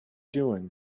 doing